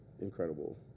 incredible